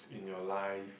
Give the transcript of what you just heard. in your life